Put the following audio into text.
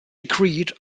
agreed